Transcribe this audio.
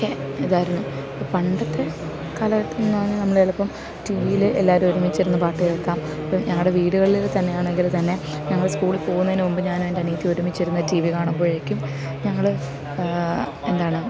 ഒക്കെ ഇതായിരുന്നു ഇപ്പോൾ പണ്ടത്തെ കാലഘട്ടമെന്നു പറഞ്ഞാൽ നമ്മൾ ചിലപ്പം ടീ വിയിൽ എല്ലാവരും ഒരുമിച്ചിരുന്ന് പാട്ടു കേൾക്കാം അപ്പം ഞങ്ങളുടെ വീടുകളിൽ തന്നെയാണെങ്കിൽ തന്നെ ഞങ്ങൾ സ്കൂളിൽ പോകുന്നതിനു മുമ്പ് ഞാനും എൻ്റെ അനിയത്തിയും ഒരുമിച്ചിരുന്ന് ടീ വി കാണുമ്പോഴേക്കും ഞങ്ങൾ എന്താണ്